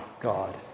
God